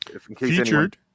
featured